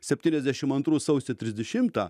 septyniasdešim antrų sausio trisdešimtą